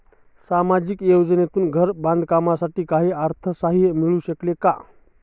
सामाजिक योजनेतून घर बांधण्यासाठी काही अर्थसहाय्य मिळेल का?